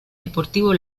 deportivo